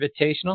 Invitational